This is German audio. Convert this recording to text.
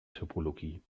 topologie